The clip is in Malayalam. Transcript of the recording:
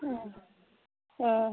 ആ ആ